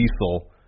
Diesel